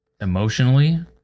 emotionally